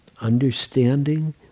Understanding